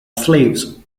slaves